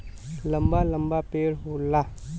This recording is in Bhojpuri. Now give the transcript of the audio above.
लंबा लंबा पेड़ होला